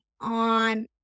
on